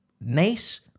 nice